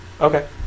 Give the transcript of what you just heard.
Okay